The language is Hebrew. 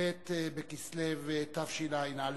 כ"ב בכסלו התשע"א,